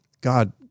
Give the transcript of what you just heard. God